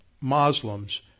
Muslims